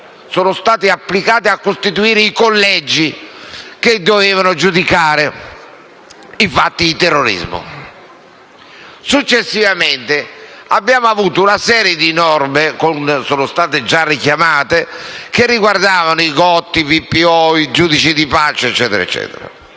sono stati applicati a costituire i collegi che dovevano giudicare i fatti di terrorismo. Successivamente, abbiamo avuto una serie di norme, già richiamate, che riguardavano i GOT, i VPO e i giudici di pace. Era